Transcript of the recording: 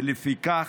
לפיכך,